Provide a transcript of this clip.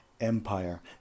Empire